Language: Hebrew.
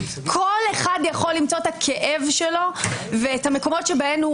כל אחד יכול למצוא את הכאב שלו ואת המקומות שבהם הוא